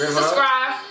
Subscribe